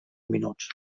minuts